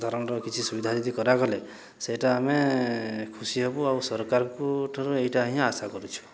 ଧରଣର କିଛି ସୁବିଧା ଯଦି କରାଗଲେ ସେଇଟା ଆମେ ଖୁସି ହେବୁ ଆଉ ସରକାରଙ୍କ ଠାରୁ ଏଇଟା ହିଁ ଆଶା କରୁଛୁ